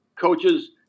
coaches